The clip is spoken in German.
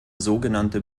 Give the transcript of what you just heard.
sogenannte